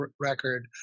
record